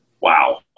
wow